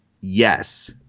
yes